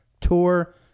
tour